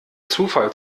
zufall